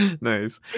nice